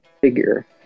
figure